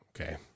Okay